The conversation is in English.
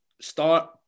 start